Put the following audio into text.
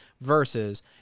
versus